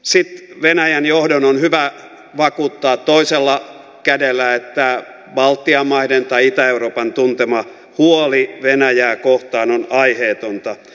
sitten venäjän johdon on hyvä vakuuttaa toisella kädellä että baltian maiden tai itä euroopan tuntema huoli venäjää kohtaan on aiheetonta